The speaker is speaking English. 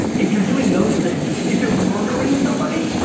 if you're doing those things, if you're murdering somebody,